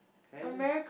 can I just